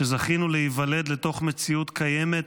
שזכינו להיוולד לתוך מציאות קיימת